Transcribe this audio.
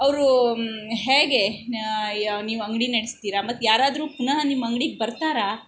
ಅವ್ರು ಹೇಗೆ ನಾ ಯಾ ನೀವು ಅಂಗಡಿ ನೆಡಸ್ತೀರ ಮತ್ತೆ ಯಾರಾದರು ಪುನಃ ನಿಮ್ಮ ಅಂಗ್ಡಿಗೆ ಬರ್ತಾರಾ